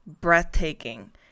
breathtaking